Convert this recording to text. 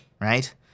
right